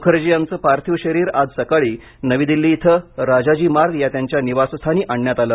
मुखर्जी यांचं पार्थिव शरीर आज सकाळी नवी दिल्ली इथं राजाजी मार्ग या त्यांच्या निवासस्थानी आणण्यात आलं